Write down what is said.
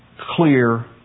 clear